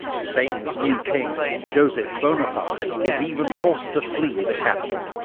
spain's new king, joseph bonaparte, was even forced to flee the capital.